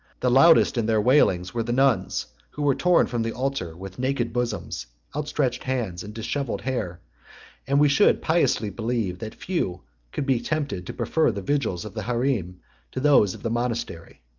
the loudest in their wailings were the nuns, who were torn from the altar with naked bosoms, outstretched hands, and dishevelled hair and we should piously believe that few could be tempted to prefer the vigils of the harem to those of the monastery.